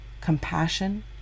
compassion